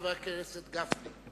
לחבר הכנסת גפני.